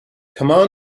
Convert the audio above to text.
command